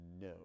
no